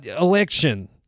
election